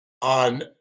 On